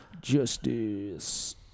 Justice